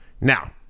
Now